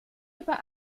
über